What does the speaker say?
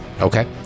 Okay